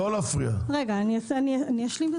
אני אשלים את